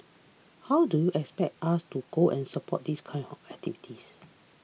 how do you expect us to go and support this kind of activities